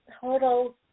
total